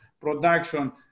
production